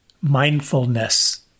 mindfulness